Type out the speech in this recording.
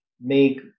make